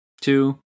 two